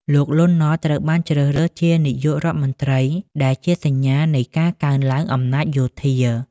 លោក លន់ នល់ ត្រូវបានជ្រើសរើសជានាយករដ្ឋមន្ត្រី ដែលជាសញ្ញានៃការកើនឡើងអំណាចយោធា។